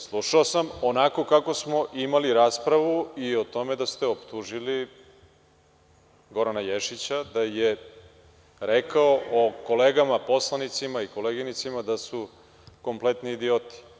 Slušao sam onako kako smo imali raspravu i o tome da ste optužili Gorana Ješića da je rekao o kolegama poslanicima i koleginicama da su kompletni idioti.